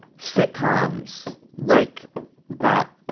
sitcoms like that